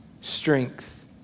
strength